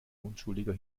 unschuldiger